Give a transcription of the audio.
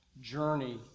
journey